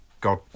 God